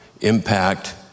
impact